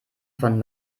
von